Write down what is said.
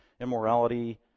immorality